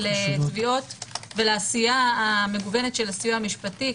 לתביעות ולעשייה המגוונת של הסיוע המשפטי,